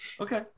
Okay